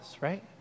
right